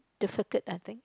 difficult I think